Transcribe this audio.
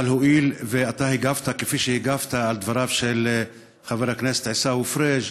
אבל הואיל והגבת כפי שהגבת על דבריו של חבר הכנסת עיסאווי פריג',